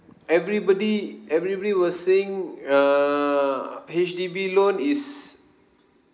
everybody everybody were saying err H_D_B loan is